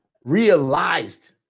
realized